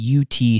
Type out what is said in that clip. UT